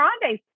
Grande